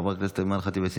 חבר הכנסת אחמד טיבי,